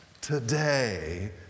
today